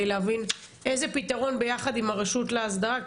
להבין איזה פתרון ביחד עם הרשות להסדרה,